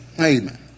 Amen